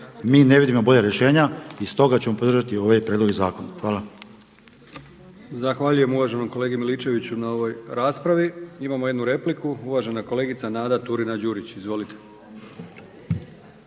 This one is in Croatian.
mi ne vidimo bolja rješenja i stoga ćemo podržati ovaj prijedlog zakona. Hvala.